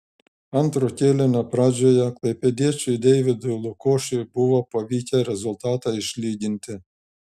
antro kėlinio pradžioje klaipėdiečiui deividui lukošiui buvo pavykę rezultatą išlyginti